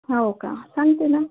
हो का सांगते ना